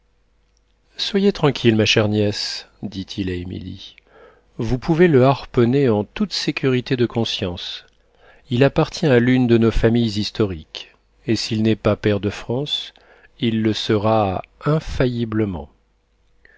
soyez tranquille ma chère nièce dit-il à émilie vous pouvez le harponner en toute sécurité de conscience il appartient à l'une de nos familles historiques et s'il n'est pas pair de france il le sera infailliblement